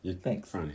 Thanks